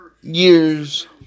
years